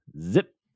Zip